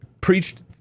preached